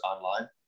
online